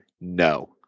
No